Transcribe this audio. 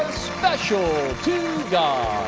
special to god!